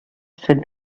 said